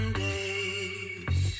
days